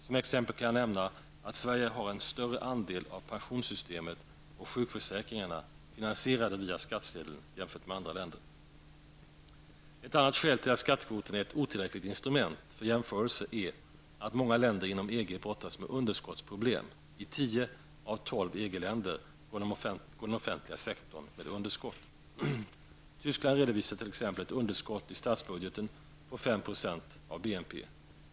Som exempel kan jag nämna att Sverige har en större andel av pensionssystemet och sjukförsäkringarna finansierade via skattsedeln jämfört med andra länder. Ett annat skäl till att skattekvoten är ett otillräckligt instrument för jämförelser är att många länder inom EG brottas med underskottsproblem. I 10 av 12 EG-länder går den offentliga sektorn med underskott. Tyskland redovisar t.ex. ett underskott i statsbudgeten på 5 % av BNP.